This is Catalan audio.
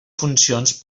funcions